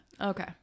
okay